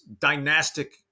dynastic